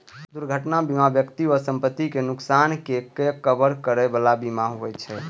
दुर्घटना बीमा व्यक्ति आ संपत्तिक नुकसानक के कवर करै बला बीमा होइ छे